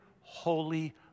holy